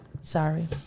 Sorry